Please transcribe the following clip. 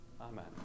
Amen